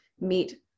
meet